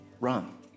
Run